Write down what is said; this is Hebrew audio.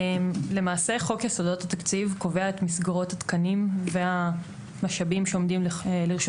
חוק יסודות התקציב קובע את מסגרות התקנים והמשאבים שעומדים לרשות